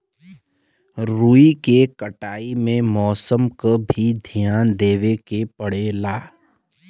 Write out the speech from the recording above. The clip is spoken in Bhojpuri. रुई के कटाई में मौसम क भी धियान देवे के पड़ेला